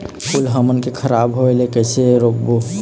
फूल हमन के खराब होए ले कैसे रोकबो?